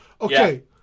Okay